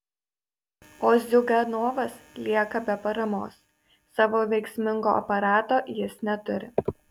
o ziuganovas lieka be paramos savo veiksmingo aparato jis neturi